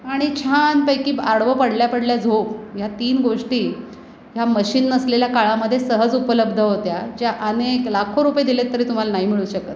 आणि छानपैकी आडवं पडल्या पडल्या झोप ह्या तीन गोष्टी ह्या मशीन नसलेल्या काळामध्ये सहज उपलब्ध होत्या ज्या अनेक लाखो रुपये दिलेत तरी तुम्हाला नाही मिळू शकत